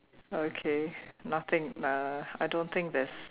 okay nothing uh I don't think there's